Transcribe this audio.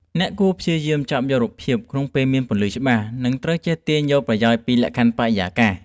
អ្នកគួរព្យាយាមចាប់យករូបភាព ក្នុងពេលមានពន្លឺច្បាស់ និងត្រូវចេះទាញយកប្រយោជន៍ពីលក្ខខណ្ឌបរិយាកាស។